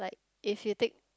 if you take